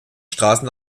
straßen